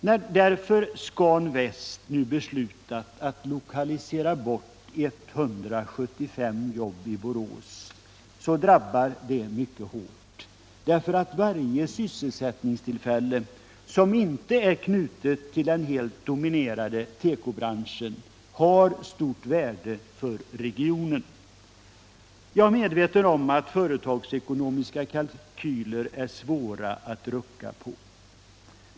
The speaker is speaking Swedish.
När därför Scan Väst nu beslutat att lokalisera bort 175 jobb i Borås drabbar det mycket hårt, därför att varje sysselsättningstillfälle som inte är knutet till den helt dominerande tekobranschen har stort värde för regionen. Jag är medveten om att företagsekonomiska kalkyler är svåra alt rucka på.